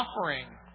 offering